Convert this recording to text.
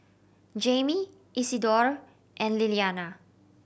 Jaime Isidore and Liliana